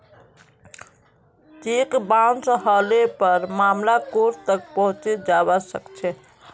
cheque bounce हले पर मामला कोर्ट तक पहुंचे जबा सकछे